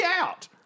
out